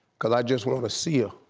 cause i just wanna wanna see ah